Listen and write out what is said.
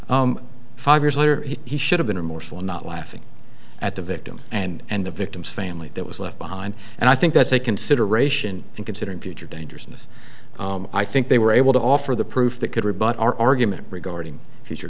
because five years later he should have been remorseful not laughing at the victim and the victim's family that was left behind and i think that's a consideration in considering future dangerousness i think they were able to offer the proof that could rebut our argument regarding future